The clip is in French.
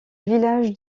village